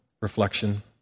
reflection